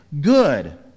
good